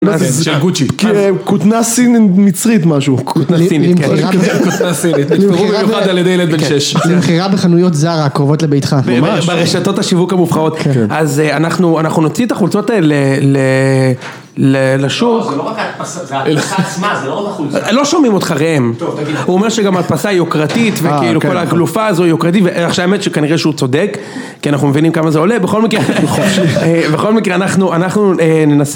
מה זה, זה של גוצ'י. כן, כותנה סינית מצרית משהו, כותנה סינית, נתפרה במיוחד על ידי ילד בן 6. למכירה בחנויות זארה הקרובות לביתך, ברשתות השיווק המובחרות. אז אנחנו נוציא את החולצות האלה לשוק. זה לא רק על ההדפסה... זה החולצה עצמה. לא שומעים אותך ראם. טוב תגיד, הוא אומר שגם ההדפסה היא יוקרתית וכל הגלופה הזו יוקרתית ועכשיו האמת שכנראה שהוא צודק כי אנחנו מבינים כמה זה עולה בכל מקרה אנחנו ננסה